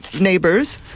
neighbors